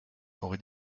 aurait